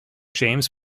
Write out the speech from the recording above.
james